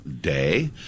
day